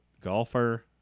golfer